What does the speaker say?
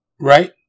right